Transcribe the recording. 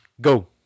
Go